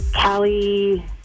Callie